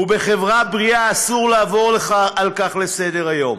ובחברה בריאה אסור לעבור על כך לסדר-היום.